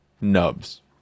nubs